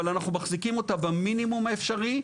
אבל אנחנו מחזיקים אותה במינימום האפשרי,